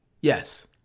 Yes